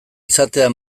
izatea